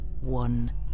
one